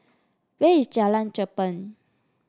where is Jalan Cherpen